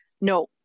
No